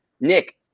Nick